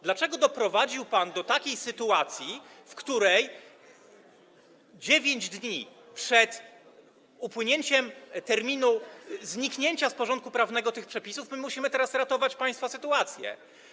Dlaczego doprowadził pan do takiej sytuacji, w której 9 dni przed upłynięciem terminu zniknięcia z porządku prawnego tych przepisów musimy teraz państwa ratować?